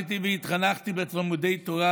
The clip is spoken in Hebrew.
למדתי והתחנכתי בתלמודי תורה,